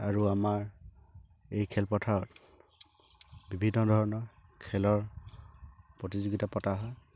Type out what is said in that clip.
আৰু আমাৰ এই খেলপথাৰত বিভিন্ন ধৰণৰ খেলৰ প্ৰতিযোগিতা পতা হয়